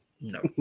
No